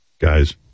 guys